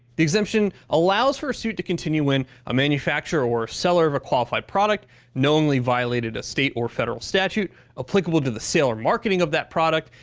the exemption allows for a suit to continue when a manufacturer or seller of a qualified product knowingly violated a state or federal statute applicable to the sale or marketing of the product,